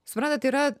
suprantat yra